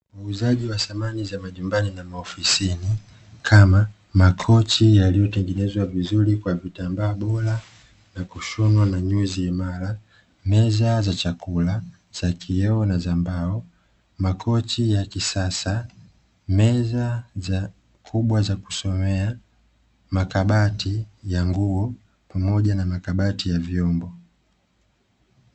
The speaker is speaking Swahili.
Muuzaji wa samani za majumbani na maofisini kama makochi yaliyotengenezwa vizuri kwa vitambaa bora na kushonwa na nyuzi imara, meza za chakula za kioo na za mbao, makochi ya kisasa, meza kubwa za kusomea, makabati ya nguo pamoja na makabati ya vyombo.